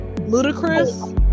ludicrous